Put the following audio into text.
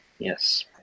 Yes